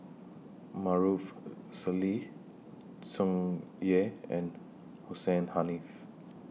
Maarof Salleh Tsung Yeh and Hussein Haniff